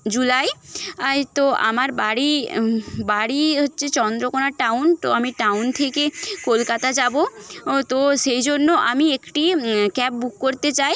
জুলাই তো আমার বাড়ি বাড়ি হচ্ছে চন্দ্রকোনা টাউন তো আমি টাউন থেকে কলকাতা যাবো তো সেই জন্য আমি একটি ক্যাব বুক করতে চাই